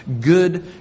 good